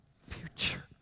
future